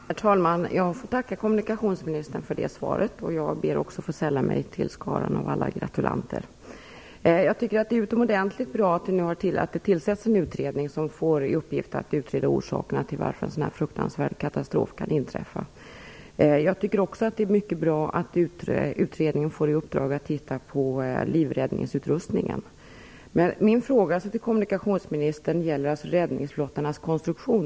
Herr talman! Jag får tacka kommunikationsministern för svaret. Jag ber också att få sälla mig till skaran av alla gratulanter. Jag tycker att det är utomordentligt bra att det nu tillsätts en utredning som får i uppdrag att utreda orsakerna till att en sådan fruktansvärd katastrof kunde inträffa. Jag tycker också att det är mycket bra att utredningen får i uppdrag att studera livräddningsutrustningar. Min fråga till kommunikationsministern gäller räddningsflottarnas konstruktion.